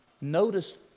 Notice